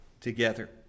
together